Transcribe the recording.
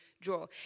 draw